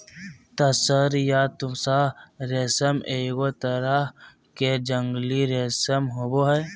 तसर या तुसह रेशम एगो तरह के जंगली रेशम होबो हइ